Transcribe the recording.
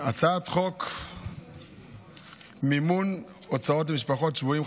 הצעת חוק מימון הוצאות למשפחות שבויים,